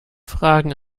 fragen